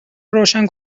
روشن